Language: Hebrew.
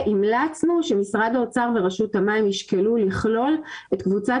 המלצנו שמשרד האוצר ורשות המים ישקלו לכלול את קבוצת